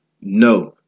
No